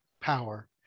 power